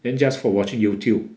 then just for watching youtube